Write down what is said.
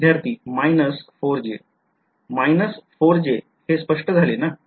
विध्यार्थी 4j हे स्पष्ट झाले ना